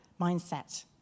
mindset